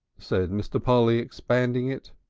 said mr. polly, expanding it.